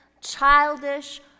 childish